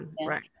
Right